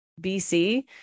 BC